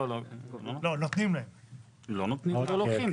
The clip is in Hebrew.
לא נותנים ולא לוקחים.